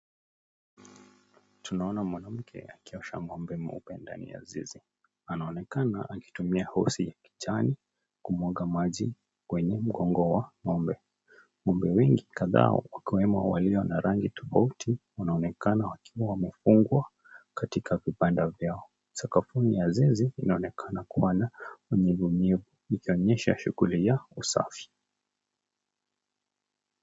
Tunaona mwanamke akiosha ngombe mweupe ndani ya zizi. Anaonekana akitumia[ca]hosi ya kijani kumwaga maji kwenye mgongo wa ngombe, ngombe wengi kadhaa wakiwemo walio na rangi tofauti, wanaonekana wakiwa wamefungwa katika kibanda vyao. Sakafuni ya zizi inaonekana kua na unyevunyevu ikionyesha shughuli ya usafi.